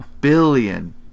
billion